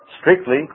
strictly